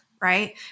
right